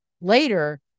later